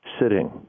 sitting